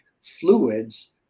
fluids